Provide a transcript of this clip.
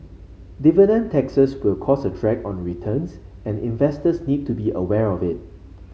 dividend taxes will cause a drag on returns and investors need to be aware of it